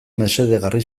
mesedegarri